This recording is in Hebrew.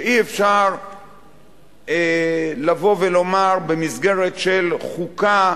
שאי-אפשר לבוא ולומר במסגרת של חוקה